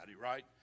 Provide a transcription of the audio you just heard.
right